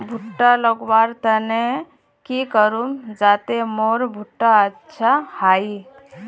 भुट्टा लगवार तने की करूम जाते मोर भुट्टा अच्छा हाई?